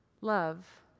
Love